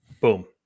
Boom